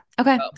Okay